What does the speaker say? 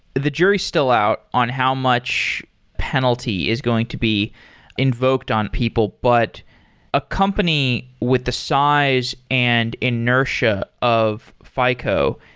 the jury still out on how much penalty is going to be invoked on people, but a company with the size and inertia of fico,